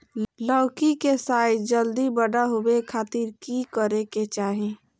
लौकी के साइज जल्दी बड़ा होबे खातिर की करे के चाही?